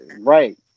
right